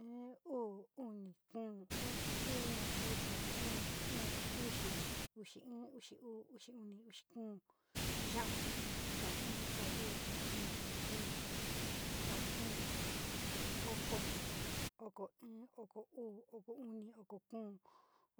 I, uu, uni, kuó, u´u, iño, uxa, una, ií, uxi, uxii, oxiuu, uxiuni, uxikuó, xiauu, xiauúni, xiau kuú, oko oko, okouu, oko uni, oko kuu,